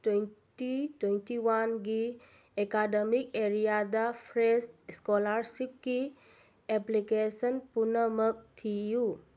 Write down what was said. twenty twenty ꯋꯥꯟꯒꯤ academic ꯑꯦꯔꯤꯌꯥꯗ fresh ꯁ꯭ꯀꯣꯂꯥꯔꯁꯤꯞꯀꯤ ꯑꯦꯄ꯭ꯂꯤꯀꯦꯁꯟ ꯄꯨꯅꯃꯛ ꯊꯤꯌꯨ